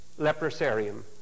leprosarium